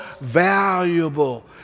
valuable